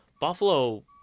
Buffalo